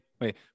wait